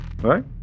Right